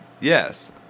yes